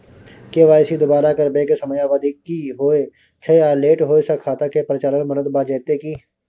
KYC दोबारा करबै के समयावधि की होय छै आ लेट होय स खाता के परिचालन बन्द भ जेतै की?